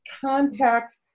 contact